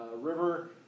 River